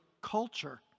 Culture